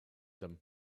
them